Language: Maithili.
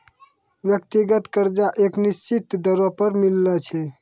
व्यक्तिगत कर्जा एक निसचीत दरों पर मिलै छै